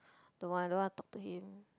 don't want don't want talk to him